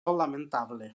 lamentable